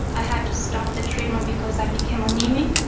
i had to stop the treatment because i became ah anaemic,